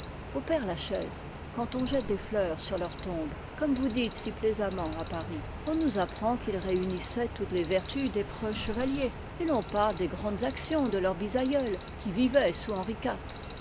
au père-lachaise quand on jette des fleurs sur leur tombe comme vous dites si plaisamment à paris on nous apprend qu'ils réunissaient toutes les vertus des preux chevaliers et l'on parle des grandes actions de leur bisaïeul qui vivait sous henri